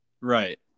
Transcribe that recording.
right